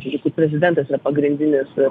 jeigu prezidentas yra pagrindinis